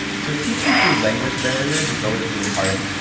so teaching through language barriers is always really hard.